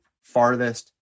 farthest